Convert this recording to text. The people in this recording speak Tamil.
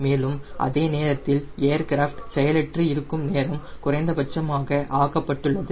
மேலும் அதே நேரத்தில் ஏர்கிராஃப்டின் செயலற்று இருக்கும் நேரம் குறைந்தபட்சமாக ஆக்கப்பட்டுள்ளது